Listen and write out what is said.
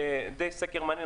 סקר מעניין,